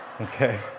Okay